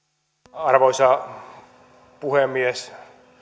arvoisa puhemies